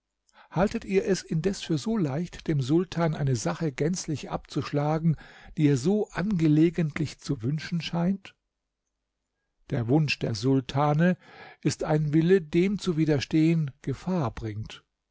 haltet ihr es indes für so leicht dem sultan eine sache gänzlich abzuschlagen die er so angelegentlich zu wünschen scheint der wunsch der sultane ist ein wille dem zu widerstehen gefahr bringt